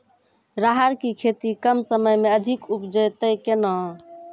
राहर की खेती कम समय मे अधिक उपजे तय केना?